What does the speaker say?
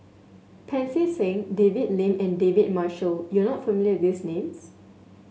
Pancy Seng David Lim and David Marshall you are not familiar these names